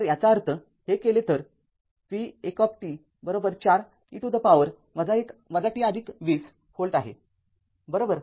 तर याचा अर्थहे केले तर v२४ e to the power t २० volt आहे बरोबर